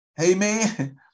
Amen